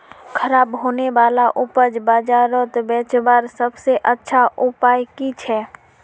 ख़राब होने वाला उपज बजारोत बेचावार सबसे अच्छा उपाय कि छे?